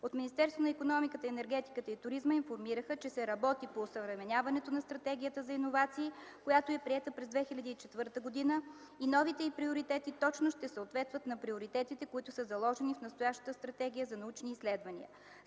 От Министерството на икономиката, енергетиката и туризма информираха, че се работи по осъвременяването на Стратегията за иновации, която е приета през 2004 г. и новите й приоритети точно ще съответстват на приоритетите, които са заложени в настоящата стратегия за научни изследвания.